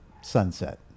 sunset